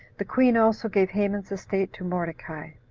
the queen also gave haman's estate to mordecai